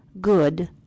good